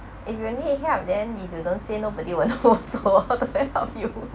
if you need help then if you don't say nobody will know also how to help you